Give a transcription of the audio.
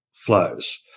flows